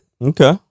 Okay